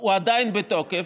הוא עדיין בתוקף.